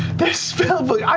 they're spellbooks.